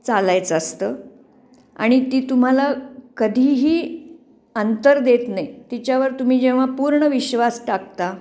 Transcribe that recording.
चालायचं असतं आणि ती तुम्हाला कधीही अंतर देत नाही तिच्यावर तुम्ही जेव्हा पूर्ण विश्वास टाकता